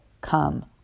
come